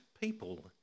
people